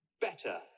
Better